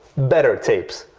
better tapes,